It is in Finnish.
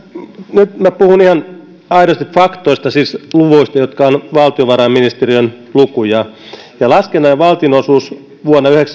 nyt minä puhun ihan aidosti faktoista siis luvuista jotka ovat valtiovarainministeriön lukuja laskennallinen valtionosuus vuonna